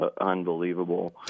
unbelievable